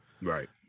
Right